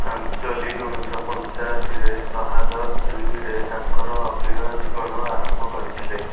ପାଞ୍ଚୋଲି ଉଣେଇଶହ ପଞ୍ଚାଅଶିରେ 'ଶହାଦତ୍' ଫିଲ୍ମରେ ତାଙ୍କର ଅଭିନୟ ଜୀବନ ଆରମ୍ଭ କରିଥିଲେ